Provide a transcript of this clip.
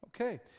Okay